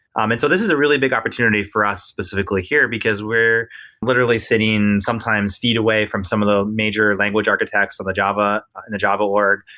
um and this is a really big opportunity for us specifically here, because we're literally sitting sometimes feet away from some of the major language architects of the java and the java org.